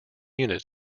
unit